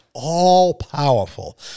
all-powerful